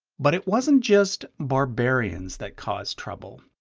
but it wasn't just barbarians that caused trouble.